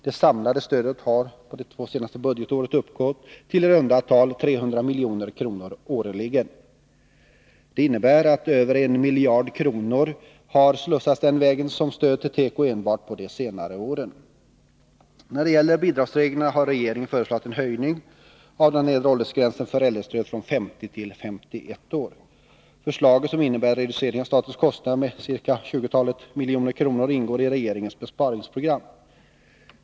Det samlade stödet har under de två senaste budgetåren uppgått till i runda tal 300 milj.kr. årligen. Det innebär att över en miljard kronor har slussats den vägen som stöd till tekoindustrin enbart på de senare åren. När det gäller bidragsreglerna har regeringen föreslagit en höjning av den nedre åldersgränsen för äldrestödet från 50 till 51 år. Förslaget, som innebär en reducering av statens kostnader med ca 20 milj.kr., ingår i regeringens besparingsprogram.